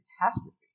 catastrophe